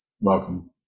welcome